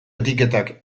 etiketak